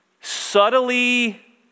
subtly